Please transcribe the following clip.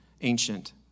ancient